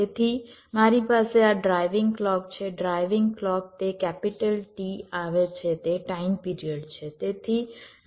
તેથી મારી પાસે આ ડ્રાઇવિંગ ક્લૉક છે ડ્રાઇવિંગ ક્લૉક તે T આવે છે તે ટાઇમ પિરિયડ છે